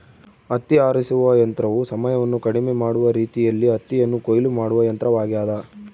ಹತ್ತಿ ಆರಿಸುವ ಯಂತ್ರವು ಸಮಯವನ್ನು ಕಡಿಮೆ ಮಾಡುವ ರೀತಿಯಲ್ಲಿ ಹತ್ತಿಯನ್ನು ಕೊಯ್ಲು ಮಾಡುವ ಯಂತ್ರವಾಗ್ಯದ